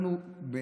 אנחנו,